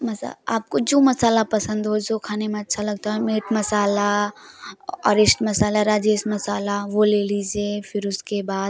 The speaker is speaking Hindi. मसा आपको जो मसाला पसंद हो जो खाने में अच्छा लगता हो मीट मसाला औरेस्ट मसाला राजेश मसाला वो ले लीज़िए फिर उसके बाद